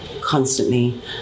constantly